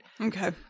Okay